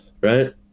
right